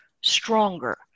stronger